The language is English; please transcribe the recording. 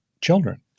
children